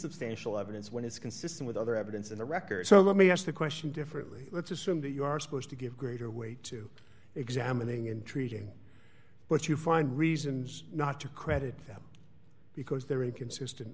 substantial evidence when it's consistent with other evidence in the record so let me ask the question differently let's assume that you are supposed to give greater weight to examining and treating but you find reasons not to credit them because they're inconsistent